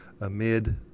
amid